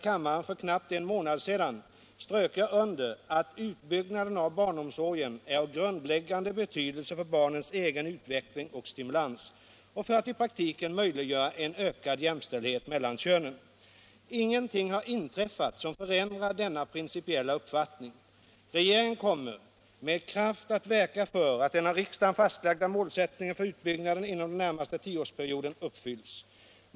knappt en månad sedan strök jag under att utbyggnaden av barnomsorgen är av grundläggande betydelse för barnens egen utveckling och stimulans och för att i praktiken möjliggöra en ökad jämställdhet mellan könen. Ingenting har inträffat som förändrar denna principiella uppfattning. Regeringen kommer med kraft att verka för att den av riksdagen fastlagda målsättningen för utbyggnaden inom den närmaste tioårsperioden uppfylls.